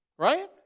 Right